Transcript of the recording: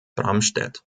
bramstedt